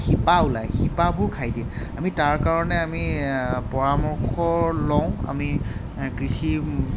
শিপা ওলায় শিপাবোৰ খাই দিয়ে আমি তাৰ কাৰণে আমি পৰামৰ্শ লওঁ আমি কৃষি